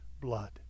blood